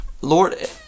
Lord